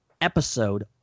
episode